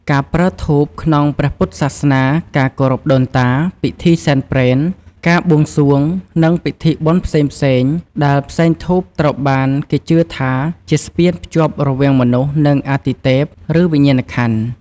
ការប្រើធូបក្នុងព្រះពុទ្ធសាសនា ការគោរពដូនតា ពិធីសែនព្រេន ការបួងសួង និងពិធីបុណ្យផ្សេងៗដែល ផ្សែងធូបត្រូវបានគេជឿថាជាស្ពានភ្ជាប់រវាងមនុស្ស និងអាទិទេព ឬវិញ្ញាណក្ខន្ធ។